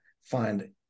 find